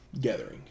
gathering